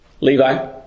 Levi